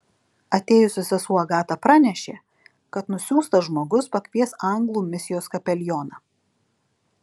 atėjusi sesuo agata pranešė kad nusiųstas žmogus pakvies anglų misijos kapelioną